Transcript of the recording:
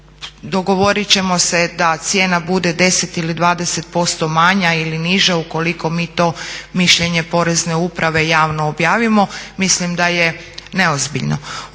ovo dogovorit ćemo se da cijena bude 10 ili 20% manja ili niža ukoliko mi to mišljenje Porezne uprave javno objavimo, mislim da je neozbiljno.